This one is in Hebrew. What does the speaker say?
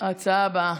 להצעה הבאה,